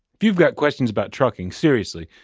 if you've got questions about trucking seriously,